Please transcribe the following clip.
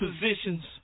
positions